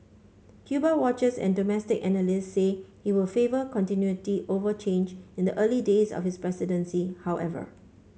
Cuba watchers and domestic analysts say he will favour continuity over change in the early days of his presidency however